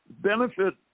benefit